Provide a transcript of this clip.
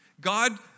God